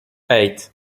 eight